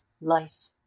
life